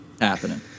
Happening